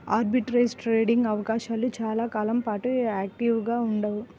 arbitrage trading అవకాశాలు చాలా కాలం పాటు యాక్టివ్గా ఉండవు